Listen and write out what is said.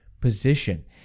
position